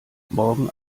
morgen